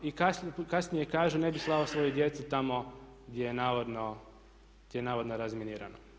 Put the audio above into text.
I kasnije kažu ne bi slao svoju djecu tamo gdje je navodno razminirano.